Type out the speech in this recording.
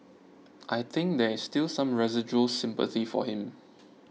I think there is still some residual sympathy for him